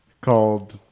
called